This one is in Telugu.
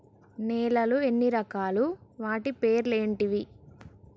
నేలలు ఎన్ని రకాలు? వాటి పేర్లు ఏంటివి?